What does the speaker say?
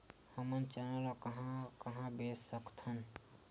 हमन चना ल कहां कहा बेच सकथन?